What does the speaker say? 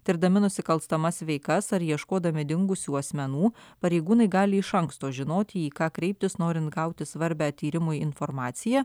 tirdami nusikalstamas veikas ar ieškodami dingusių asmenų pareigūnai gali iš anksto žinoti į ką kreiptis norint gauti svarbią tyrimui informaciją